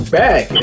back